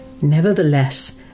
Nevertheless